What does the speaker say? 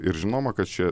ir žinoma kad šie